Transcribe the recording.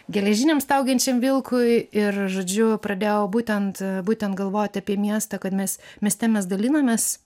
geležiniam staugiančiam vilkui ir žodžiu pradėjau būtent būtent galvoti apie miestą kad mes mieste mes dalinamės